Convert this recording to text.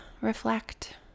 reflect